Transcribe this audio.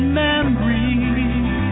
memories